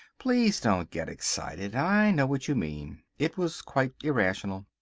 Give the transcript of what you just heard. please don't get excited. i know what you mean. it was quite irrational.